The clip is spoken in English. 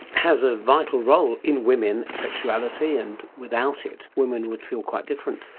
has a vital role in women for sexuality and without it women would feel quite different.